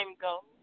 go